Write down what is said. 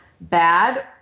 bad